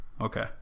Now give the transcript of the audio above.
Okay